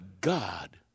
God